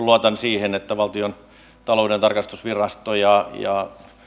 luotan siihen että valtiontalouden tarkastusvirasto ja ja